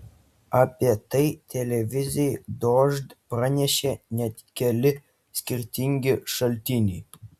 apie tai televizijai dožd pranešė net keli skirtingi šaltiniai